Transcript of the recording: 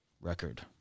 record